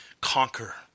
conquer